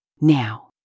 Now